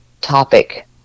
topic